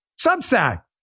Substack